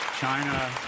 China